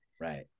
right